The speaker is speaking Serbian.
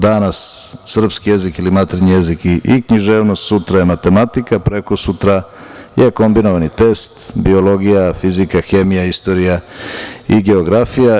Danas srpski jezik ili maternji jezik i književnost, sutra je matematika, prekosutra je kombinovani test biologija, fizika, hemija, istorija i geografija.